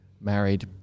married